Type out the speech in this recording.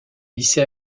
lycée